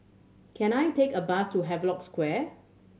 can I take a bus to Havelock Square